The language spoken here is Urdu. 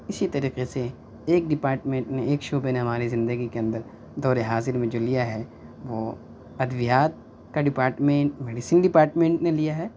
اسی طریقے سے ایک ڈپاٹمینٹ نے ایک شعبے نے ہمارے زندگی کے اندر دور حاضر میں جو لیا ہے وہ ادویات کا ڈپاٹمینٹ میڈسین ڈماٹمینٹ نے لیا ہے